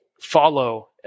follow